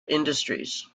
industries